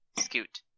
Scoot